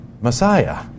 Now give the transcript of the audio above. Messiah